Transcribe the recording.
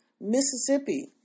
Mississippi